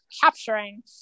capturing